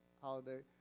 holiday